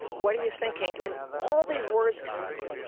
what are you thinking? and all these words come out,